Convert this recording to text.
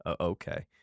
Okay